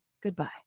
Goodbye